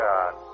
God